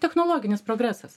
technologinis progresas